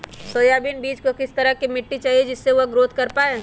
Soybean बीज को किस तरह का मिट्टी चाहिए जिससे वह ग्रोथ कर पाए?